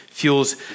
Fuels